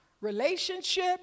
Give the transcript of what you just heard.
relationship